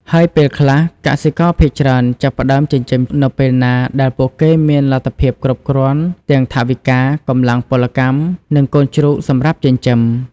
ហើយពេលខ្លះ កសិករភាគច្រើនចាប់ផ្ដើមចិញ្ចឹមនៅពេលណាដែលពួកគេមានលទ្ធភាពគ្រប់គ្រាន់ទាំងថវិកា កម្លាំងពលកម្ម និងកូនជ្រូកសម្រាប់ចិញ្ចឹម។